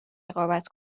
رقابت